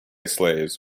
slaves